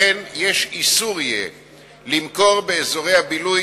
לכן יהיה איסור למכור באזורי הבילוי